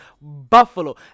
Buffalo